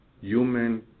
human